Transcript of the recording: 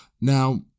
now